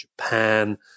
Japan